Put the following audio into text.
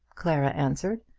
clara answered.